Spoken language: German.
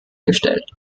gestellt